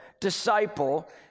disciple